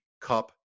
Cup